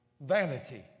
vanity